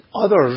Others